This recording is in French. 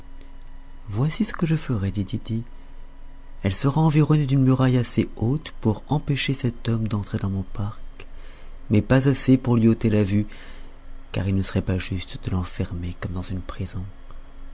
voici ce que je ferai dit tity elle sera environnée d'une muraille assez haute pour empêcher cet homme d'entrer dans mon parc mais pas assez pour lui en ôter la vue car il ne serait pas juste de l'enfermer comme dans une prison